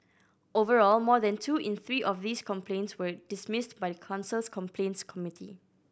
overall more than two in three of these complaints were dismissed by the council's complaints committee